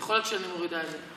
יכול להיות שאני מורידה את זה.